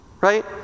right